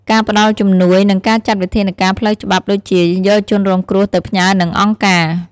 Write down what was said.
ការផ្ដល់ជំនួយ និងការចាត់វិធានការផ្លូវច្បាប់ ដូចជា យកជនរងគ្រោះទៅផ្ញើនឹងអង្គការ។